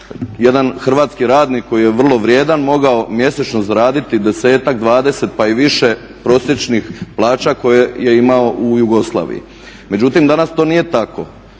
jedan hrvatski radnik koji je vrlo vrijedan mogao mjesečno zaraditi desetak, dvadeset pa i više prosječnih plaća koje je imao u Jugoslaviji. Međutim, danas to nije tako.